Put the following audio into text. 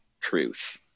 truth